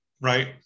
right